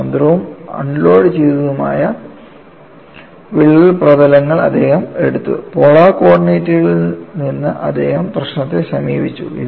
സ്വതന്ത്രവും അൺലോഡുചെയ്തതുമായ വിള്ളൽ പ്രതലങ്ങൾ അദ്ദേഹം എടുത്തു പോളാർ കോർഡിനേറ്റുകളിൽ നിന്ന് അദ്ദേഹം പ്രശ്നത്തെ സമീപിച്ചു